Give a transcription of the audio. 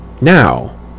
now